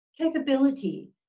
capability